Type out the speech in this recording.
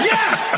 Yes